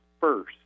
first